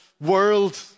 world